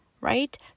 right